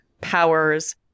powers